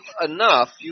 enough